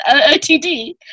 OTD